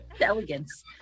elegance